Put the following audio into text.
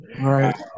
Right